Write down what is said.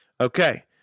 Okay